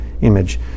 image